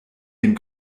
den